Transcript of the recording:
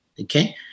Okay